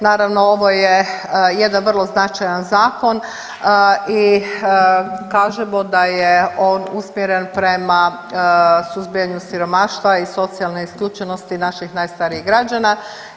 Naravno, ovo je jedan vrlo značajan zakon i kažemo da je on usmjeren prema suzbijanju siromaštva i socijalne isključenosti naših najstarijih građana.